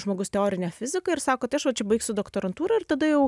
žmogus teorinę fiziką ir sako tai aš va čia baigsiu doktorantūrą ir tada jau